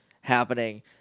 happening